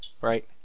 Right